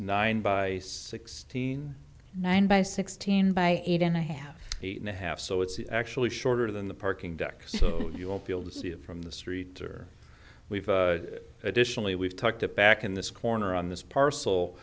nine by sixteen nine by sixteen by eight and a half eight and a half so it's actually shorter than the parking deck so you will be able to see it from the street or we've additionally we've talked a back in this corner on this parcel